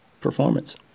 performance